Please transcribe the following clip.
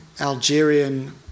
Algerian